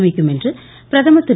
அமைக்கும் என்று பிரதமா் திரு